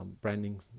branding